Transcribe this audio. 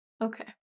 Okay